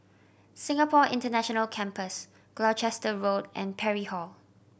Singapore International Campus Gloucester Road and Parry Hall